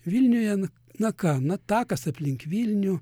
vilniuje n na ką na takas aplink vilnių